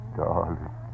darling